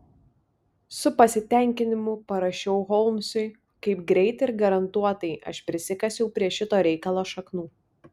su pasitenkinimu parašiau holmsui kaip greit ir garantuotai aš prisikasiau prie šito reikalo šaknų